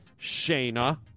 Shayna